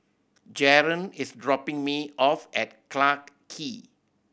Jaren is dropping me off at Clarke Quay